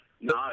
No